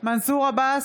מנסור עבאס,